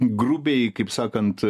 grubiai kaip sakant